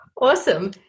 Awesome